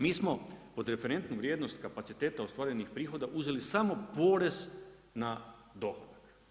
Mi smo pod referentnom vrijednost kapaciteta ostvarenih prohoda uzeli samo porez na dohodak.